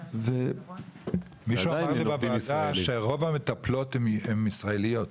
-- מישהו אמר לי בוועדה שרוב המטפלות הן ישראליות,